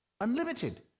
unlimited